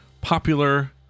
popular